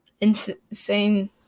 insane